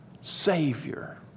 Savior